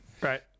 right